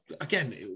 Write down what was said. again